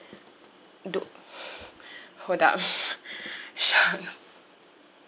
do~ hold up